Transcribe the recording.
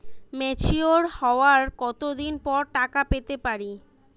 Mature হওয়ার কত দিন পর টাকা পেতে পারি?